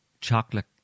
chocolate